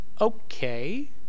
Okay